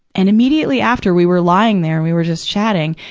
and immediately after, we were lying there, and we were just chatting.